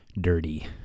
dirty